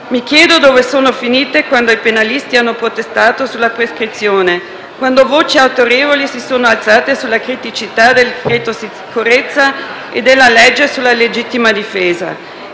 Mi chiedo dove sono finite, quando i penalisti hanno protestato sulla prescrizione; quando voci autorevoli si sono alzate sulle criticità del decreto sicurezza e della legge sulla legittima difesa.